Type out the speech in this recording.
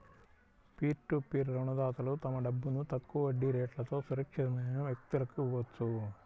peer to peer రుణదాతలు తమ డబ్బును తక్కువ వడ్డీ రేట్లతో సురక్షితమైన వ్యక్తులకు ఇవ్వొచ్చు